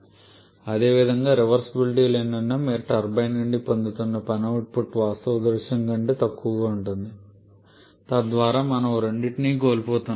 అదేవిధంగా రివర్సీబులిటీ లేనందున మీరు టర్బైన్ నుండి పొందుతున్న పని అవుట్పుట్ వాస్తవ దృశ్యం కంటే తక్కువగా ఉంటుంది తద్వారా మనము రెండిటిని కోల్పోతున్నాము